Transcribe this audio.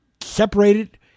separated